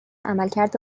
عملکرد